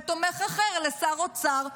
ותומך אחר לשר אוצר.